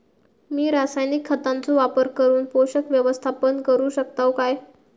मी रासायनिक खतांचो वापर करून पोषक व्यवस्थापन करू शकताव काय?